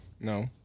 No